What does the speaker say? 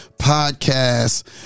Podcast